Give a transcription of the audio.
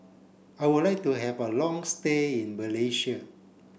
I would like to have a long stay in Malaysia